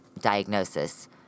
diagnosis